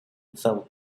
felt